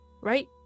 right